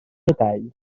detall